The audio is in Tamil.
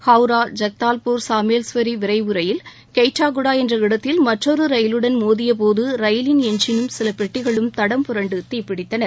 ஹவுரா ஜெகதாவ்பூர் சாம்மேல்ஸ்வரி விரைவு ரயில் கெய்ட்டாகுடா என்ற இடத்தில் மற்றொரு ரயிலுடன் மோதிய போது ரயிலின் எஞ்சினும் சில பெட்டிகளும் தடம் புரண்டு தீப்பிடித்தன